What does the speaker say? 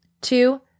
two